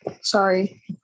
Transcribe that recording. Sorry